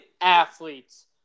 athletes